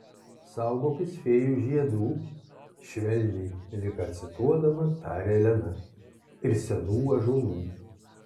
saugokis fėjų žiedų švelniai lyg ką cituodama tarė elena ir senų ąžuolų